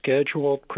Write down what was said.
scheduled